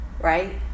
right